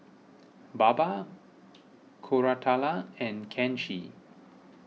Baba Koratala and Kanshi